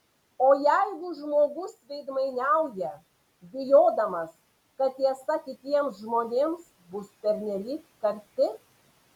o jeigu žmogus veidmainiauja bijodamas kad tiesa kitiems žmonėms bus pernelyg karti